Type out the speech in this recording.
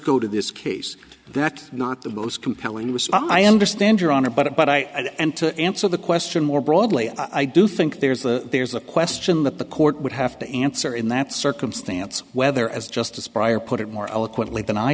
go to this case that not the most compelling was i understand your honor but but i and to answer the question more broadly i do think there's a there's a question that the court would have to answer in that circumstance whether as justice pryor put it more eloquently than i